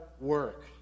work